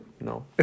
No